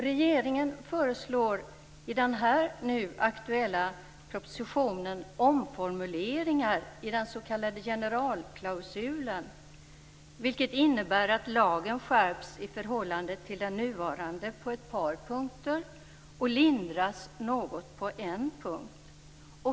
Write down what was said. Regeringen föreslår i den nu aktuella propositionen omformuleringar i den s.k. generalklausulen som innebär att lagen på ett par punkter skärps i förhållande till den nuvarande och på en punkt lindras något.